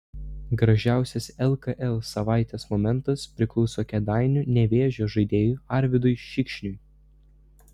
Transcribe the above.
gražiausias lkl savaitės momentas priklauso kėdainių nevėžio žaidėjui arvydui šikšniui